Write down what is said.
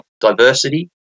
diversity